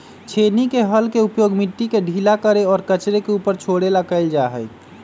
छेनी के हल के उपयोग मिट्टी के ढीला करे और कचरे के ऊपर छोड़े ला कइल जा हई